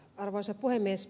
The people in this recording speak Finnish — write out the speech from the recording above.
arvoisa puhemies